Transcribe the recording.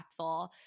impactful